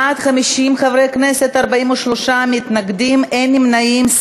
בעד, 50 חברי כנסת, 43 מתנגדים, אין נמנעים.